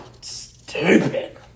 stupid